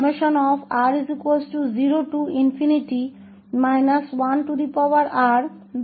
तो इस प्रकार बेसेल के क्रम 𝑛 के फंक्शन्स को परिभाषित किया गया है